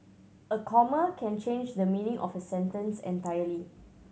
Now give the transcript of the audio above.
a comma can change the meaning of a sentence entirely